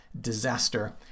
disaster